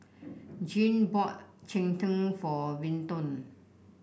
Jean bought Cheng Tng for Vinton